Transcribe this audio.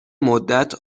مدت